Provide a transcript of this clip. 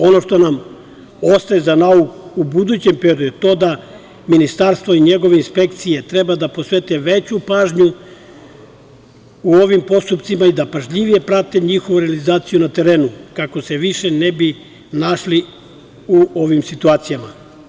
Ono što nam ostaje za nauk u budućem periodu je to da Ministarstvo i njegove inspekcije treba da posvete veću pažnju u ovim postupcima i da pažljivije prate njihovu realizaciju na terenu, kako se više ne bi našli u ovim situacijama.